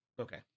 okay